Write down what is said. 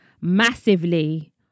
massively